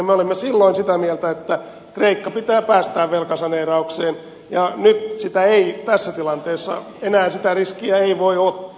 me olimme silloin sitä mieltä että kreikka pitää päästää velkasaneeraukseen ja nyt sitä riskiä ei tässä tilanteessa enää voi ottaa